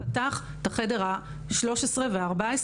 פתח את החדר ה-13 וה-14,